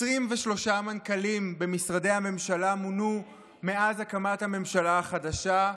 23 מנכ"לים במשרדי הממשלה מונו מאז הקמת הממשלה החדשה.